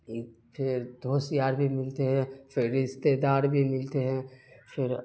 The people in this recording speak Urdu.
پھر دوست یار بھی ملتے ہیں پھر رشتےدار بھی ملتے ہیں پھر